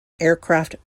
aircraft